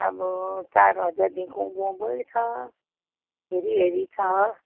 अब चार हजारदेखिको त उँभो उँभै छ हेरी हेरी छ